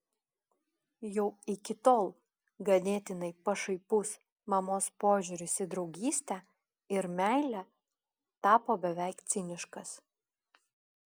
jau iki tol ganėtinai pašaipus mamos požiūris į draugystę ir meilę tapo beveik ciniškas